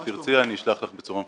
אם תרצי, אני אשלח לך בצורה מפורטת.